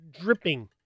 dripping